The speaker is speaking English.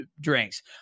drinks